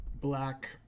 black